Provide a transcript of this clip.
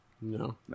No